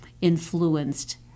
influenced